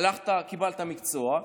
הלכת וקיבלת מקצוע,